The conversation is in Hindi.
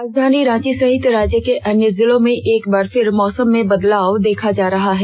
राजधानी रांची सहित राज्य के अन्य जिलों में एक बार फिर मौसम में बदलाव देखा जा रहा है